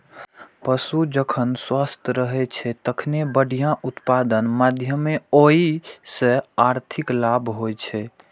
पशु जखन स्वस्थ रहै छै, तखने बढ़िया उत्पादनक माध्यमे ओइ सं आर्थिक लाभ होइ छै